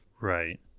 Right